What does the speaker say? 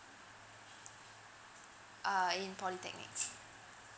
err in polytechnic